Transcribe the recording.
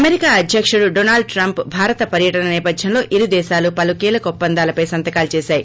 America అధ్యకుడు Donald Trump Bharat పర్యటన నేపథ్యంలో ఇరుదేశాలు పలు కీలక ఒప్పందాలపై సంతకాలు చేశాయి